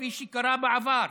כפי שקרה בעבר.